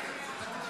נעבור לנושא הבא: